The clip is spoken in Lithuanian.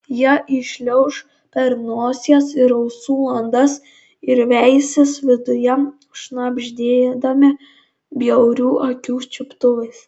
jie įšliauš per nosies ir ausų landas ir veisis viduje šnabždėdami bjaurių akių čiuptuvais